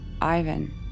Ivan